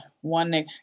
one